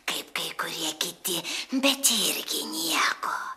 kaip kai kurie kiti bet irgi nieko